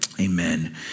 Amen